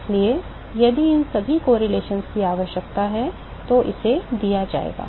इसलिए यदि इन सभी सहसंबंधों की आवश्यकता है तो इसे दिया जाएगा